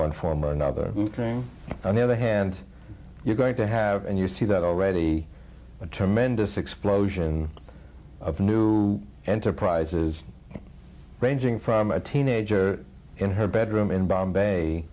one form or another on the other hand you're going to have and you see that already a tremendous explosion of new enterprises ranging from a teenager in her bedroom in bombay